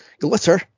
glitter